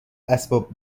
اسباب